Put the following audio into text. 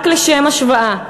רק לשם השוואה,